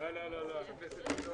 וגם לעסקים.